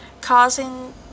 causing